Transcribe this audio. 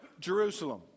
Jerusalem